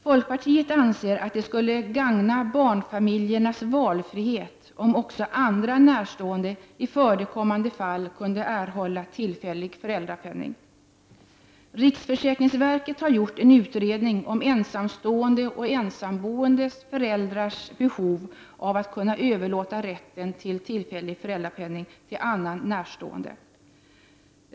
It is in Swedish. Folkpartiet anser att det skulle gagna barnfamiljernas valfrihet om också annan närstående i förekommande fall kunde erhålla tillfällig föräldrapenning. Riksförsäkringsverket har gjort en utredning om ensamstående och ensamboende föräldrars behov av att kunna överlåta rätten till tillfällig föräldrapenning till annan närstående.